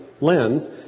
lens